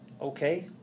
okay